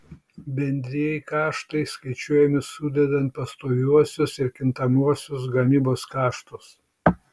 bendrieji kaštai skaičiuojami sudedant pastoviuosius ir kintamuosius gamybos kaštus